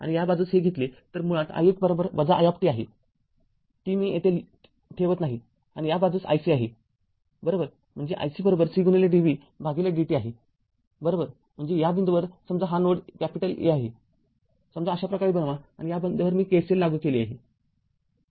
आणि या बाजूस हे घेतले तर मुळात i१ i आहे t मी येथे ठेवत नाही आणि या बाजूस ic आहे बरोबरम्हणजे iccdv भागिले dt आहे बरोबरम्हणजे या बिंदूवर समजा हा नोड A आहे समजा अशा प्रकारे बनवा आणि या बिंदूवर मी KCL लागू केले आहे